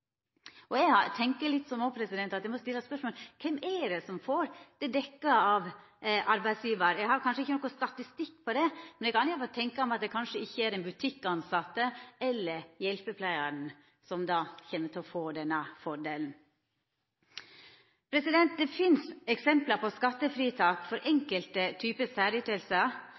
sleppa. Eg tenkjer òg at ein må stilla spørsmålet: Kven er det som får dette dekt av arbeidsgjevar? Ein har kanskje ikkje nokon statistikk på det, men eg kan iallfall tenkja meg at det ikkje er den butikktilsette eller hjelpepleiaren som kjem til å få denne fordelen. Det finst eksempel på skattefritak for enkelte